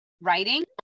writing